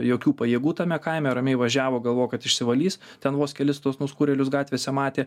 jokių pajėgų tame kaime ramiai važiavo galvojo kad išsivalys ten vos kelis tuos nuskurėlius gatvėse matė